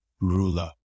ruler